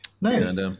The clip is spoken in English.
Nice